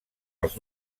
els